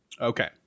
Okay